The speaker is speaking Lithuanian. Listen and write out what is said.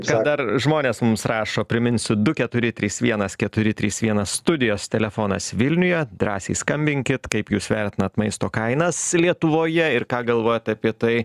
ką dar žmonės mums rašo priminsiu du keturi trys vienas keturi trys vienas studijos telefonas vilniuje drąsiai skambinkit kaip jūs vertinat maisto kainas lietuvoje ir ką galvojat apie tai